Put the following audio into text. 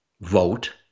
vote